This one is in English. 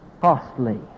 Costly